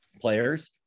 players